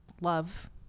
love